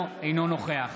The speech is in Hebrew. אינו נוכח